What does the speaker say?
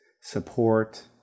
support